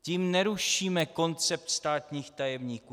Tím nerušíme koncept státních tajemníků.